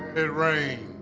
it rain